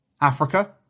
Africa